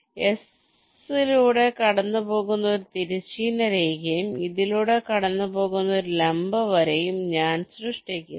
അതിനാൽ S യിലൂടെ കടന്നുപോകുന്ന ഒരു തിരശ്ചീന രേഖയും ഇതിലൂടെ കടന്നുപോകുന്ന ഒരു ലംബ വരയും ഞാൻ സൃഷ്ടിക്കുന്നു